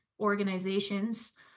organizations